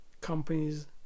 companies